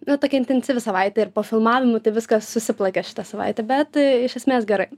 nu tokia intensyvi savaitė ir po filmavimų tai viskas susiplakė šitą savaitę bet iš esmės gerai